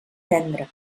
tendre